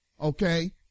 Okay